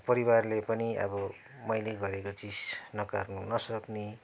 परिवारले पनि अब मैले गरेको चिज नकार्नु नसक्ने